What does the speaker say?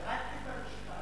ירדתי במשקל.